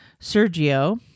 Sergio